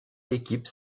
équipes